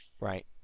Right